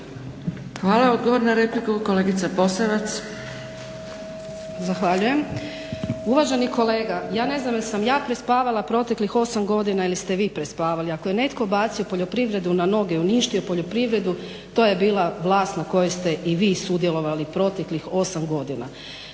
Hvala. Odgovor na repliku kolegica POsavac.